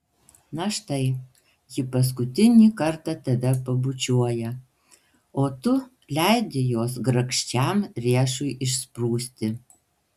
na štai ji paskutinį kartą tave pabučiuoja o tu leidi jos grakščiam riešui išsprūsti